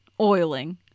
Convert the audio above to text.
oiling